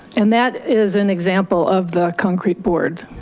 and that is an example of the concrete board.